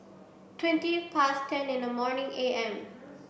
twenty past ten in the morning A M